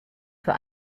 für